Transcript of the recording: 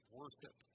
worship